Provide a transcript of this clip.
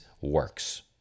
works